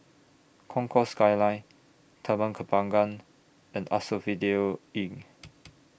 Concourse Skyline Taman Kembangan and Asphodel Inn